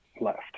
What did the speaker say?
left